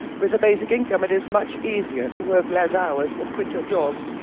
with a basic income it is much easier to work less hours or quit your job,